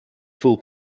fool